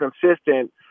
consistent